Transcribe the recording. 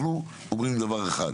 אנחנו אומרים דבר אחד.